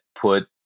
put